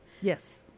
yes